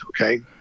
Okay